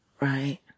right